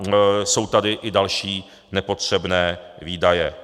A jsou tady i další nepotřebné výdaje.